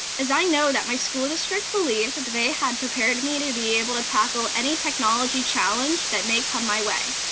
as i know that my school district believed they had prepared me to be able to tackle any technology challenge that may come my way.